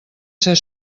ser